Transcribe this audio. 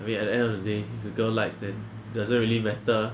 I mean at the end of the day if the girl likes then doesn't really matter